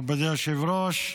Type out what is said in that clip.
מכובדי היושב-ראש,